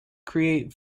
create